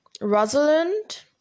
Rosalind